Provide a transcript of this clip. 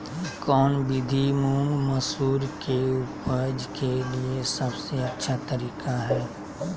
कौन विधि मुंग, मसूर के उपज के लिए सबसे अच्छा तरीका है?